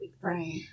Right